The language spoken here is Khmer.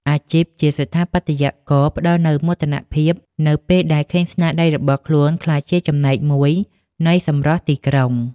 អាជីពជាស្ថាបត្យករផ្តល់នូវមោទនភាព នៅពេលដែលឃើញស្នាដៃរបស់ខ្លួនក្លាយជាចំណែកមួយនៃសម្រស់ទីក្រុង។